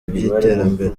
by’iterambere